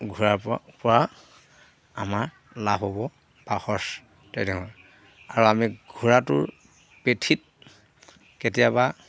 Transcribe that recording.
ঘোঁৰা পৰা আমাৰ লাভ হ'ব বা খৰচ তেনেহ'লে আৰু আমি ঘোঁৰাটোৰ পেঠিত কেতিয়াবা